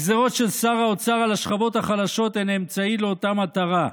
הגזרות של שר האוצר על השכבות החלשות הן אמצעי לאותה מטרה,